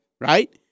right